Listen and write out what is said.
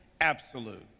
absolute